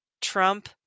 Trump